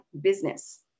business